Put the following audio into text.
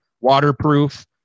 Waterproof